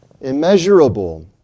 immeasurable